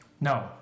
No